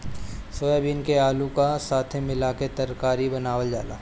soybean के आलू का साथे मिला के तरकारी बनावल जाला